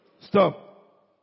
Stop